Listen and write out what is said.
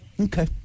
Okay